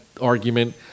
argument